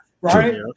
right